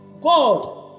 God